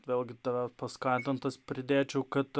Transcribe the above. vėlgi tavęs paskatintas pridėčiau kad